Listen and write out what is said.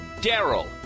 Daryl